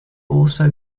also